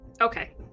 Okay